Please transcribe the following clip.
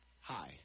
Hi